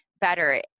better